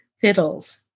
fiddles